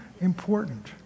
important